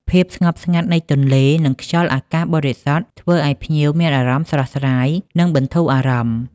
ភាពស្ងប់ស្ងាត់នៃទន្លេ និងខ្យល់អាកាសបរិសុទ្ធ ធ្វើឲ្យភ្ញៀវមានអារម្មណ៍ស្រស់ស្រាយ និងបន្ធូរអារម្មណ៍។